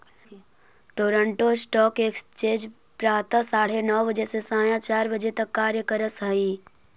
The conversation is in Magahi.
टोरंटो स्टॉक एक्सचेंज प्रातः साढ़े नौ बजे से सायं चार बजे तक कार्य करऽ हइ